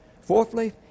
Fourthly